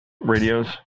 radios